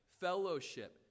fellowship